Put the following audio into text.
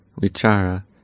vichara